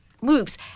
moves